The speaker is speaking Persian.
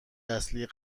اصلی